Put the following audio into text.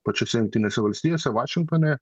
pačiose jungtinėse valstijose vašingtone